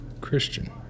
Christian